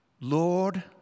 Lord